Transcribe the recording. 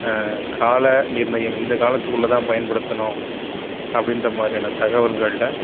கால நிர்ணயம் இந்த காலத்துக்குள்ளே தான் பயன்படுத்தணும் அப்படின்ற மாதிரியான தகவல்களில்